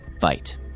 fight